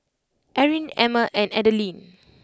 Erin Emmer and Adalynn